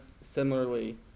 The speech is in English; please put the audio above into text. similarly